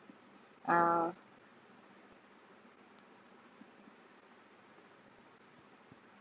uh